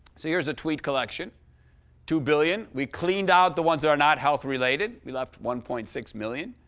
so here's a tweet collection two billion. we cleaned out the ones that are not health-related. we left one point six million.